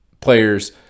players